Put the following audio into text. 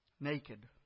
naked